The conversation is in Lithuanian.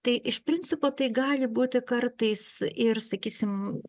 tai iš principo tai gali būti kartais ir sakysim